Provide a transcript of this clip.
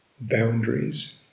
boundaries